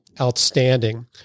outstanding